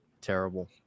Terrible